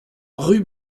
rue